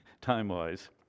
time-wise